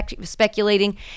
speculating